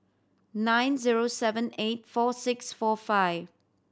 nine zero seven eight four six four five